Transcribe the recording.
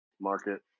Market